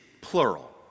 plural